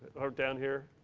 or down here.